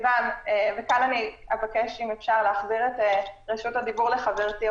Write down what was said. כאן אבקש להחזיר את רשות הדיבור לחברתי,